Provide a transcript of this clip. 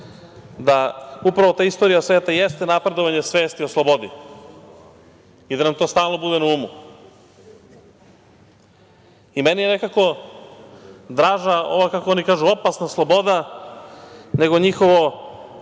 da upravo ta istorija sveta jeste napredovanje svesti o slobodi i da nam to stalno bude na umu. Meni je nekako draža ova, kako oni kažu "opasna sloboda, nego njihovo